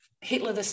Hitler